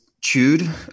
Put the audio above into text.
chewed